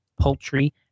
poultry